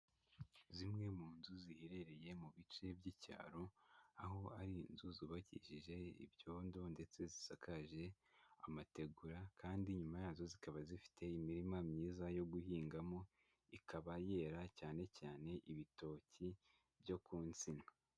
Zimwe mu nzu ziherereye mu bice by'icyaro, aho ari inzu zubakishije ibyondo ndetse zisakaje amategura kandi inyuma yazo zikaba zifite imirima myiza yo guhingamo, ikaba yera cyane cyane ibitoki byo ku nsina.